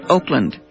Oakland